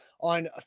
on